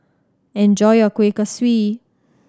enjoy your Kueh Kaswi